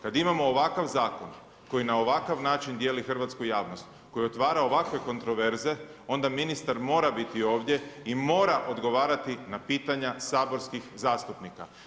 Kad imamo ovakav Zakon, koji na ovakav način dijeli hrvatsku javnosti, koji otvara ovakve kontroverze, onda ministar mora biti ovdje i mora odgovarati na pitanja saborskih zastupnika.